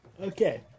Okay